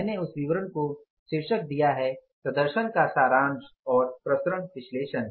मैंने उस विवरण को शीर्षक दिया है प्रदर्शन का सारांश और विचरण विश्लेषण